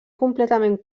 completament